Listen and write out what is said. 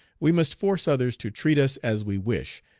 we must force others to treat us as we wish,